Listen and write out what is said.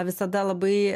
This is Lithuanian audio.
visada labai